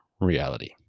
reality